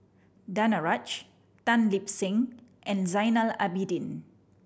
Danaraj Tan Lip Seng and Zainal Abidin